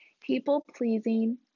People-pleasing